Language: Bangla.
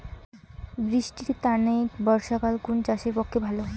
বৃষ্টির তানে বর্ষাকাল কুন চাষের পক্ষে ভালো?